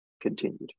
continued